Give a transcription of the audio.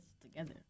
together